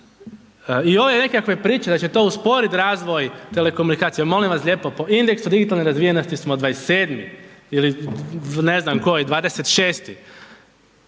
i ove nekakve priče da će to usporiti razvoj telekomunikacije, molim vas lijepo, po indeksu digitalne razvijenosti smo 27. ili ne znam koji, 26.